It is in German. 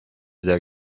sehr